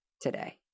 today